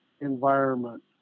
environment